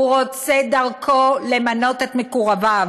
הוא רוצה דרכו למנות את מקורביו,